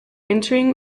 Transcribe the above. entering